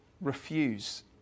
refuse